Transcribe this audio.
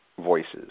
voices